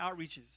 outreaches